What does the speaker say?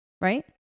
right